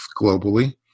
globally